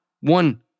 One